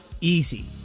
easy